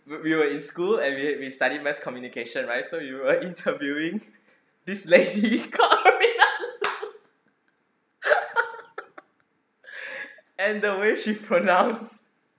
we were in school and we we study mass communication right so we were interviewing this lady gloria loo and the way she pronounce